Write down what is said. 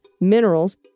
minerals